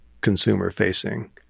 consumer-facing